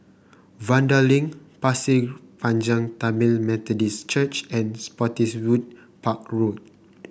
Vanda Link Pasir Panjang Tamil Methodist Church and Spottiswoode Park Road